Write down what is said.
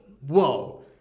whoa